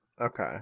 Okay